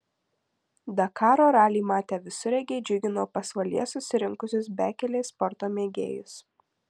dakaro ralį matę visureigiai džiugino pasvalyje susirinkusius bekelės sporto mėgėjus